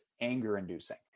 anger-inducing